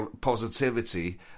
positivity